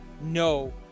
No